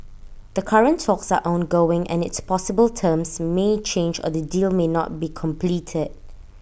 the current talks are ongoing and it's possible terms may change or the deal may not be completed